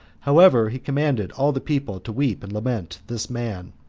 however, he commanded all the people to weep and lament this man,